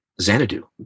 Xanadu